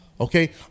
Okay